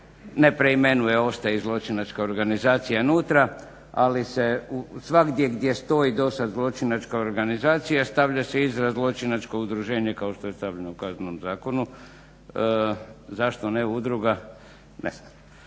ne preimenuje ostaje i zločinačka organizacija nutra, ali se svagdje gdje stoji do sad zločinačka organizacija stavlja se izraz zločinačko udruženje kao što je stavljeno u Kaznenom zakonu. Zašto ne udruga? I jedno